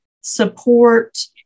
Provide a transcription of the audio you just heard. support